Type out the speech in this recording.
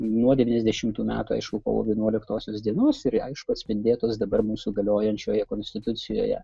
nuo devyniasdešimtų metų aišku kovo vienuoliktosios dienos ir aišku atspindėtos dabar mūsų galiojančioje konstitucijoje